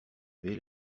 vais